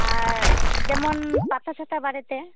ᱟᱨ ᱡᱮᱢᱚᱱ ᱯᱟᱛᱟ ᱪᱷᱟᱛᱟ ᱵᱟᱨᱮᱛᱮ